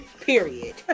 period